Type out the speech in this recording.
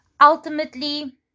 Ultimately